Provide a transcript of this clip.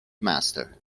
master